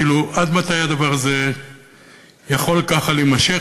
כאילו: עד מתי הדבר הזה יכול כך להימשך,